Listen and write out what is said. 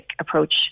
approach